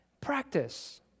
Practice